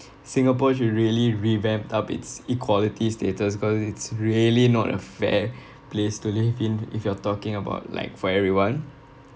singapore should really revamp up its equality status cause it's really not a fair place to live in if you're talking about like for everyone